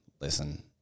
listen